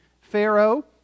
Pharaoh